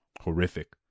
horrific